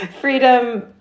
Freedom